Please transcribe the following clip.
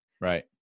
Right